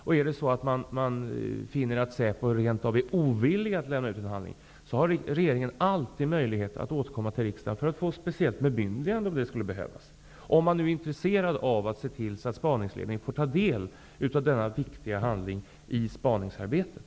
Om man finner att SÄPO rent av är ovillig att lämna ut en handling, har regeringen alltid möjlighet att återkomma till riksdagen för att få ett speciellt bemyndigande om det skulle behövas och om man är intresserad av att spaningsledningen får ta del av denna i spaningsarbetet viktiga handling.